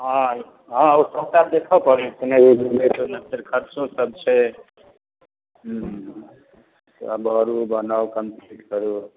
हँ हँ ओ सबटा देखऽ पड़ैत छै ने फेर खर्चो सब छै हूँ तऽ भरू बनाउ कम्प्लीट करू